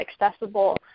accessible